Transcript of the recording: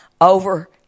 over